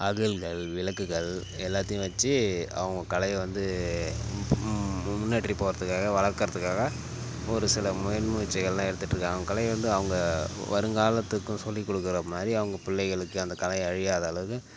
அகல்கள் விளக்குகள் எல்லாத்தையும் வச்சு அவங்க கலையை வந்து முன்னேற்றி போகிறதுக்காக வளர்க்குறதுக்காக ஒரு சில முயன் முயற்சிகள்லாம் எடுத்துகிட்ருக்காங்க கலை வந்து அவங்க வருங்காலத்துக்கும் சொல்லிக் கொடுக்கற மாதிரி அவங்க பிள்ளைகளுக்கு அந்த கலை அழியாத அளவுக்கு